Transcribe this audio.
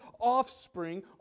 offspring